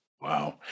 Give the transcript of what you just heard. Wow